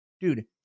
Dude